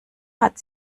hat